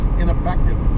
ineffective